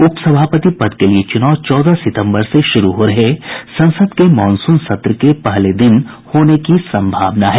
उपसभापति पद के लिये चुनाव चौदह सितम्बर से शुरू हो रहे संसद के मॉनसून सत्र के पहले दिन होने की संभावना है